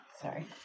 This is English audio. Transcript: Sorry